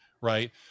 right